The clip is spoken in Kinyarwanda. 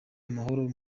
amahoro